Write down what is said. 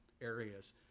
areas